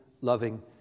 loving